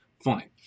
fine